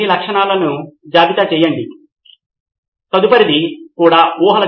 Nitin Kurian cloud లేదా ఒకరకమైన server మౌలిక సదుపాయాలు